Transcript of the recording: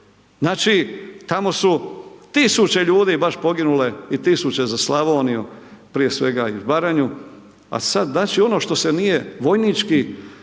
Znači, tamo su tisuće ljudi baš poginule, i tisuće za Slavoniju prije svega, i Baranju, a sad znači ono što se nije vojnički